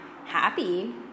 Happy